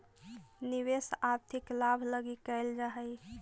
निवेश आर्थिक लाभ लगी कैल जा हई